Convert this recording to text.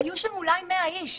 היו שם אולי 100 איש,